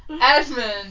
Edmund